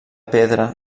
pedra